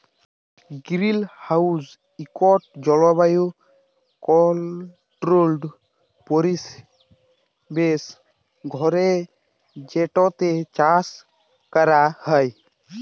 greenhouse ইকট জলবায়ু controlled পরিবেশ ঘর যেটতে চাষ ক্যরা হ্যয়